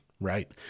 right